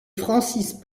francis